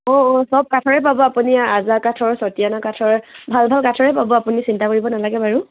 অঁ অঁ সব কাঠৰে পাব আপুনি আজাৰ কাঠৰ চতিয়না কাঠৰ ভাল ভাল কাঠৰে পাব আপুনি চিন্তা কৰিব নালাগে বাৰু